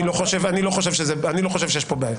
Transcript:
אני לא חושב שיש כאן בעיה.